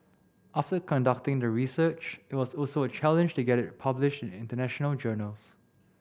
after conducting the research it was also a challenge to get it published in international journals